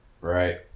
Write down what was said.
right